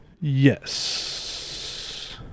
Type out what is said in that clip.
Yes